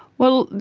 well,